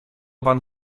pan